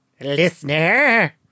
listener